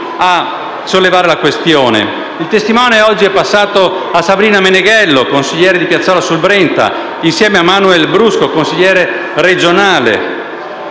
Il testimone oggi è passato a Sabrina Meneghello, consigliere di Piazzola sul Brenta, insieme a Manuel Brusco, consigliere regionale.